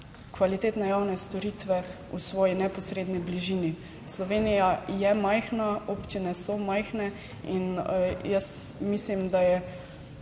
kvalitetne javne storitve v svoji neposredni bližini. Slovenija je majhna, občine so majhne in jaz mislim, da je